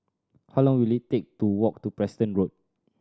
how long will it take to walk to Preston Road